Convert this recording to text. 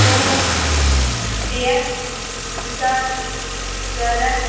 پانٛژھ ترٛےٚ زٕ ساس ژۄدہ